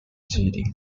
cities